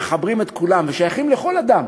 כנושאים שמחברים את כולם ושייכים לכל אדם